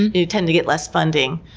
you know tend to get less funding.